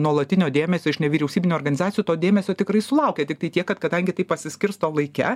nuolatinio dėmesio iš nevyriausybinių organizacijų to dėmesio tikrai sulaukia tiktai tiek kad kadangi tai pasiskirsto laike